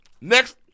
Next